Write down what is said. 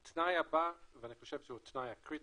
התנאי הבא, ואני חושב שהוא התנאי הקריטי,